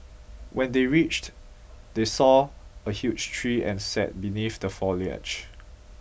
when they reached they saw a huge tree and sat beneath the foliage